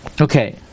Okay